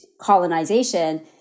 colonization